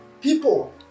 people